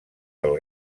del